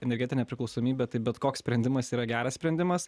energetinę priklausomybę tai bet koks sprendimas yra geras sprendimas